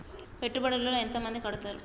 పెట్టుబడుల లో ఎంత మంది కడుతరు?